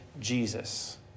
Jesus